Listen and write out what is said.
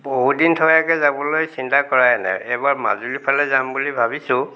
বহুদিন থকাকৈ যাবলৈ চিন্তা কৰাই নাই এবাৰ মাজুলীফালে যাম বুলি ভাবিছোঁ